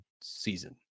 season